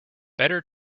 better